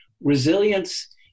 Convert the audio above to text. Resilience